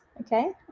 okay